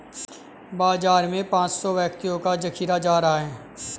बाजार में पांच सौ व्यक्तियों का जखीरा जा रहा है